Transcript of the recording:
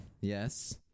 Yes